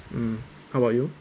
mm how about you